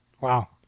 Wow